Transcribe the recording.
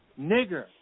nigger